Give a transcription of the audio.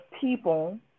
people